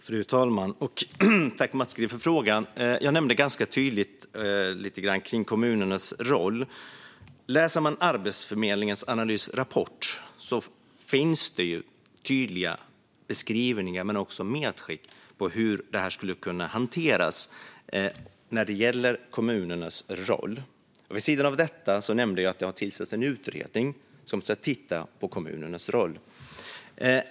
Fru talman! Tack för frågan, Mats Green! Jag nämnde ganska tydligt kommunernas roll. I Arbetsförmedlingens analysrapport finns tydliga beskrivningar av, men också medskick om, hur detta med kommunernas roll skulle kunna hanteras. Vid sidan av detta nämnde jag att det har tillsatts en utredning som ska titta på kommunernas roll.